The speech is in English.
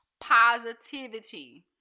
positivity